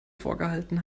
vorgehalten